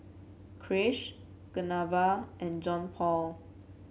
Krish Geneva and Johnpaul